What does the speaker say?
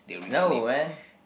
no man